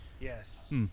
Yes